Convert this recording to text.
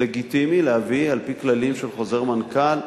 לגיטימי להביא, על-פי כללים של חוזר מנכ"ל.